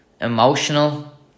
emotional